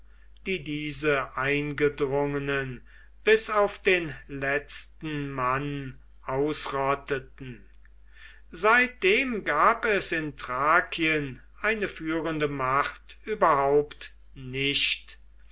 die diese eingedrungenen bis auf den letzten mann ausrotteten seitdem gab es in thrakien eine führende macht überhaupt nicht